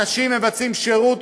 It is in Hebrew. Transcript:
אנשים מבצעים שירות,